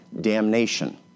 damnation